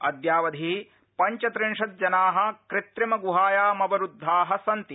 अद्यावधि पञ्चत्रिंशत् जना कृत्रिम गुहायामवरूद्वा सन्ति